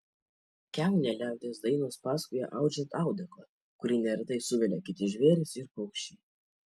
kiaunę liaudies dainos pasakoja audžiant audeklą kurį neretai suvelia kiti žvėrys ir paukščiai